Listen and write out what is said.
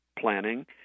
planning